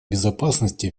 безопасности